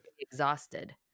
exhausted